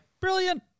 Brilliant